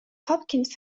hopkins